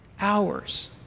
hours